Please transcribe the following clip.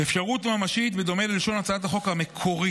"אפשרות ממשית" בדומה ללשון הצעת החוק המקורית.